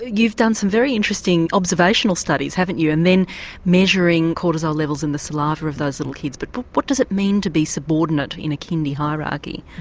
you've done some very interesting observational studies. haven't you. and then measuring cortisol levels in the saliva of those little kids. but but what does it mean to be subordinate in a kindy hierarchy?